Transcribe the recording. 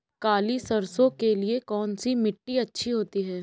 काली सरसो के लिए कौन सी मिट्टी अच्छी होती है?